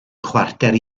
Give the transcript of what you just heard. chwarter